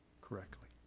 correctly